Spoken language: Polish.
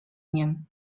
miem